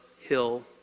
hill